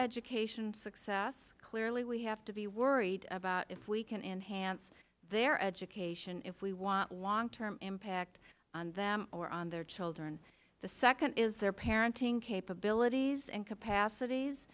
education success clearly we have to be worried about if we can enhance their education if we want long term impact on them or on their children the second is their parenting capabilities and capacities